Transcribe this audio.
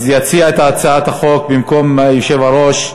אז יציע את הצעת החוק במקום היושב-ראש,